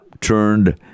turned